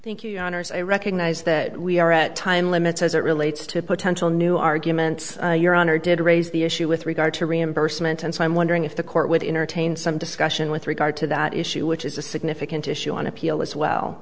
thank you honors i recognize that we are at time limits as it relates to potential new arguments your honor did raise the issue with regard to reimbursement and so i'm wondering if the court would entertain some discussion with regard to that issue which is a significant issue on appeal as well